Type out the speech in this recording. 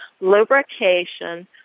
lubrication